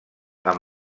amb